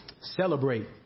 Celebrate